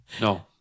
No